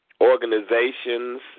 organizations